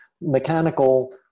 mechanical